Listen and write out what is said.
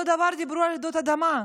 אותו דבר דיברו על רעידות אדמה.